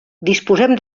disposem